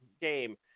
game